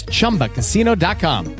ChumbaCasino.com